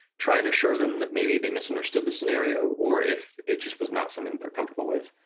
try and assure them that maybe they misunderstood the scenario, or if it just was not something they're comfortable with,